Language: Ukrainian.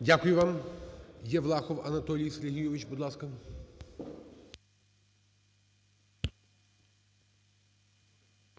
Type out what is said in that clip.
Дякую вам. Євлахов Анатолій Сергійович, будь ласка. 11:07:09